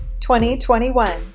2021